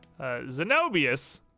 Zenobius